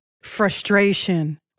frustration